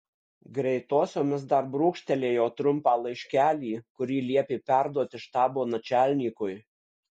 greitosiomis dar brūkštelėjo trumpą laiškelį kurį liepė perduoti štabo načialnikui